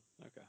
Okay